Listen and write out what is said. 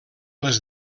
les